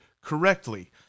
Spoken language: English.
correctly